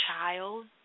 child